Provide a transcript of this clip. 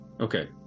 Okay